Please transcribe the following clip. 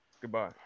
Goodbye